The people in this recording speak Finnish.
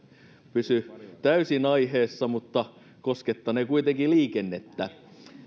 pysy täysin aiheessa mutta koskettanee kuitenkin liikennettä